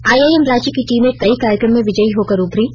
IIM Ranchi की टीमें कई कार्यक्रम में विजयी होकर उभरीं